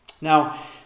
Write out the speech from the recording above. Now